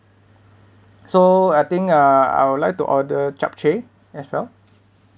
so I think uh I would like to order japchae as well